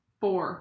four